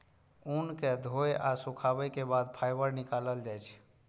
ऊन कें धोय आ सुखाबै के बाद फाइबर निकालल जाइ छै